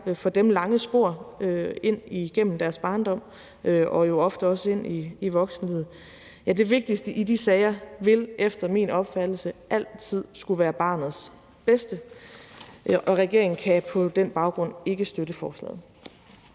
for dem lange spor igennem deres barndom og jo ofte også ind i voksenlivet – vil efter min opfattelse altid skulle være barnets bedste. Regeringen kan på den baggrund ikke støtte forslaget.